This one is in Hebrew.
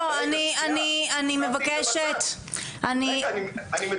לא, אני מבקשת -- רגע שנייה, שמתי את זה בצד.